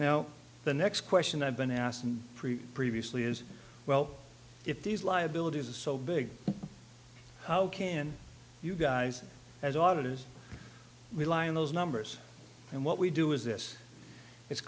now the next question i've been asked in previously is well if these liabilities are so big how can you guys as authors rely on those numbers and what we do is this i